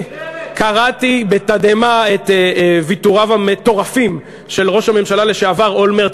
קראתי בתדהמה את ויתוריו המטורפים של ראש הממשלה לשעבר אולמרט,